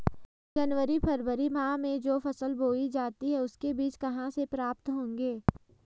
जनवरी फरवरी माह में जो फसल बोई जाती है उसके बीज कहाँ से प्राप्त होंगे?